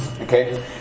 Okay